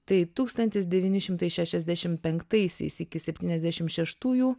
tai tūkstantis devyni šimtai šešiasdešim penktaisiais iki septyniasdešim šeštųjų